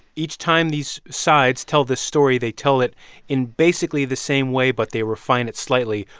each time these sides tell the story, they tell it in basically the same way, but they refine it slightly,